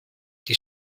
die